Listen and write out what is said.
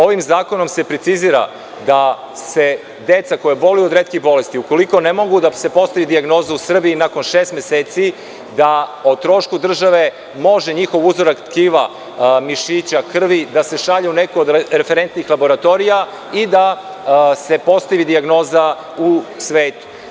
Ovim zakonom se precizira da se deca koja boluju od retkih bolesti, ukoliko ne može da se postavi dijagnoza u Srbiji, nakon šest meseci da o trošku države može njihov uzorak tkiva, mišića, krvi da se šalju u nekih od referentnih laboratorija i da se postavi dijagnoza u svetu.